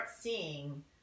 seeing